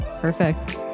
Perfect